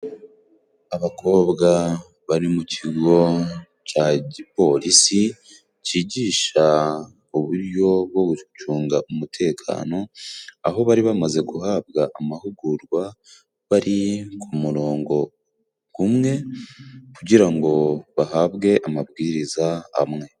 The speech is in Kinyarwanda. Abakobwa bari mu kigo cya gipolisi cyigisha uburyo bwo gucunga umutekano, aho bari bamaze guhabwa amahugurwa. Bari ku murongo gumwe kugira ngo bahabwe amabwiriza amwe.